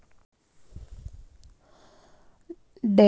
debit ಅಂದುರ್ ನಮ್ account ನಾಗ್ ರೊಕ್ಕಾ ಬರ್ತಾವ ಅಲ್ಲ ಅದ್ದುಕ ಅಂತಾರ್